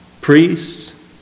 priests